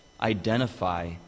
identify